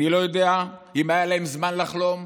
אני לא יודע אם היה להם זמן לחלום,